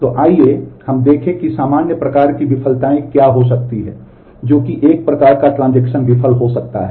तो आइए हम देखें कि सामान्य प्रकार की विफलताएं क्या हो सकती हैं जो कि एक प्रकार का ट्रांजेक्शन विफल हो सकता है